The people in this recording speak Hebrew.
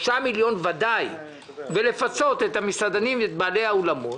מיליון שקל בוודאי ולפצות את המסעדנים ואת בעלי האולמות.